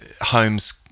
homes